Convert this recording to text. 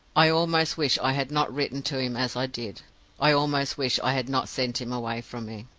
i almost wish i had not written to him as i did i almost wish i had not sent him away from me.